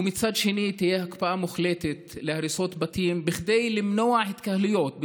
ומצד שני תהיה הקפאה מוחלטת של הריסות בתים כדי למנוע התקהלויות,